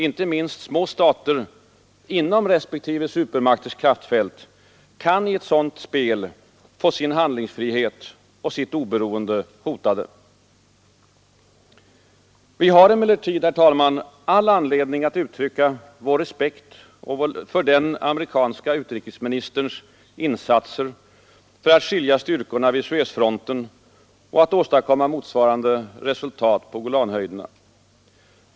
Inte minst små stater inom respektive supermakters ”kraftfält” kan i ett sådant spel få se sin handlingsfrihet och sitt oberoende hotade. Vi har emellertid, herr talman, all anledning att uttrycka vår respekt för den amerikanske utrikesministerns insatser för att skilja styrkorna vid Suezfronten och att åstadkomma motsvarande resultat på Golanhöjderna.